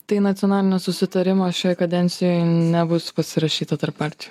tai nacionalinio susitarimo šioj kadencijoj nebus pasirašyta tarp partijų